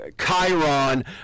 Chiron